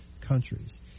countries